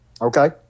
okay